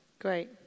Great